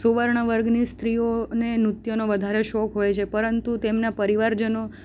સુવર્ણ વર્ગની સ્ત્રીઓને નૃત્યનો વધારે શોખ હોય છે પરંતુ તેમના પરિવારજનો